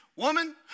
Woman